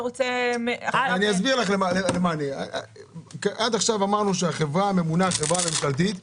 עד עכשיו אמרנו שהחברה הממשלתית הממונה,